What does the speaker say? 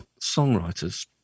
songwriters